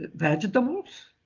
vegetables,